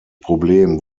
problem